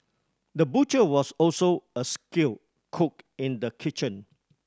the butcher was also a skill cook in the kitchen